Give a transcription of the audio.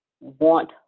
want